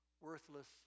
worthless